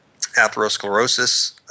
atherosclerosis